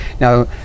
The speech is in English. now